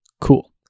Cool